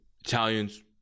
Italians